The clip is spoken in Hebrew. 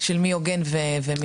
של מי הוגן ומי לא.